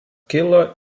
kilo